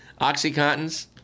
Oxycontins